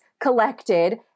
collected